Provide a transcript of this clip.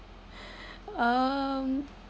um